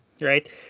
right